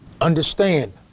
Understand